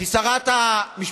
כי שרת המשפטים,